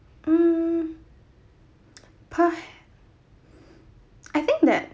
mm per~ I think that